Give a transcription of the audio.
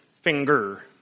finger